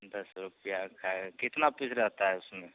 दस रुपये का कितने पीस रहते हैं उसमें